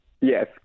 Yes